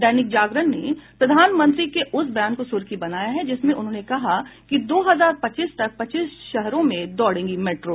दैनिक जागरण ने प्रधानमंत्री के उस बयान को सुर्खी बनायी है जिसमें उन्होंने कहा है कि दो हजार पच्चीस तक पच्चीस शहरों में दौड़ेंगी मेट्रो